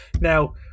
Now